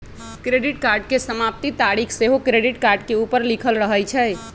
credit card के समाप्ति तारिख सेहो क्रेडिट कार्ड के ऊपर लिखल रहइ छइ